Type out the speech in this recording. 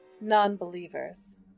non-believers